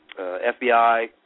FBI